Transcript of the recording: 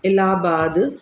Allahabad